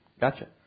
gotcha